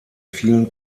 vielen